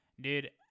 dude